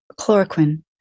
chloroquine